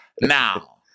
Now